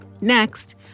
Next